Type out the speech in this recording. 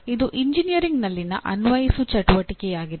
ಇದು ಎಂಜಿನಿಯರಿಂಗ್ನಲ್ಲಿನ ಅನ್ವಯಿಸುವ ಚಟುವಟಿಕೆಯಾಗಿದೆ